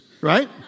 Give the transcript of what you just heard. right